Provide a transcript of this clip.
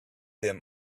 them